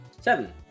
Seven